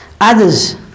others